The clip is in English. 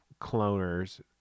cloners